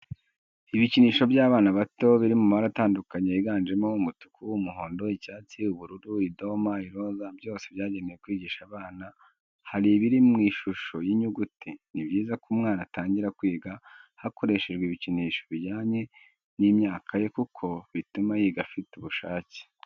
Ibikinisho by'abana bato biri mu mabara atandukanye yiganjemo umutuku, umuhondo, icyatsi, ubururu, idoma, iroza, byose byagenewe kwigisha abana hari ibiri mu ishusho y'inyuguti. Ni byiza ko umwana atangira kwiga hakoreshejwe ibikinisho bijyanye n'imyaka ye kuko bituma yiga afite ubushake.